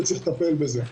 וצריך לטפל בזה.